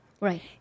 Right